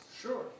Sure